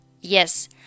Yes